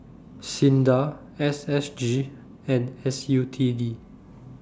SINDA S S G and S U T D